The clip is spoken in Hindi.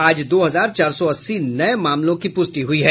आज दो हजार चार सौ अस्सी नये मामलों की पुष्टि हुई है